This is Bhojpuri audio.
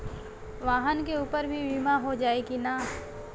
वाहन के ऊपर भी बीमा हो जाई की ना?